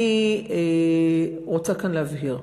אני רוצה כאן להבהיר,